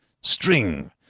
String